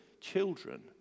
children